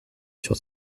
sur